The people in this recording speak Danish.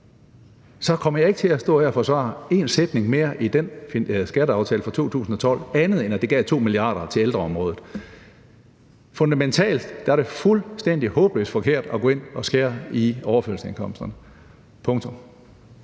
kommer jeg ikke til at stå her og forsvare én sætning mere i den skatteaftale fra 2012 – andet end at det gav 2 mia. kr. til ældreområdet. Fundamentalt er det fuldstændig håbløst forkert at gå ind at skære i overførselsindkomsterne.